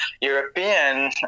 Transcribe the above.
European